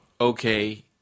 okay